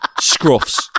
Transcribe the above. scruffs